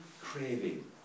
craving